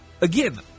Again